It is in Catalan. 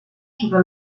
sobre